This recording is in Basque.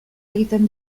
egiten